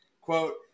quote